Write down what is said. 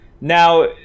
now